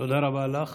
תודה רבה לך.